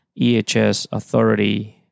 ehsauthority